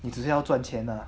你只是要赚钱 ah